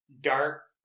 dark